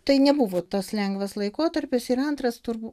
tai nebuvo tas lengvas laikotarpis ir antras turbūt